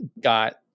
got